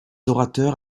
orateurs